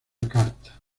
carta